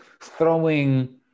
throwing